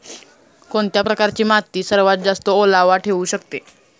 कोणत्या प्रकारची माती सर्वात जास्त ओलावा ठेवू शकते?